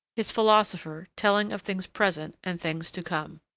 his philosopher telling of things present and things to come.